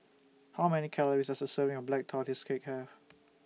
How Many Calories Does A Serving of Black Tortoise Cake Have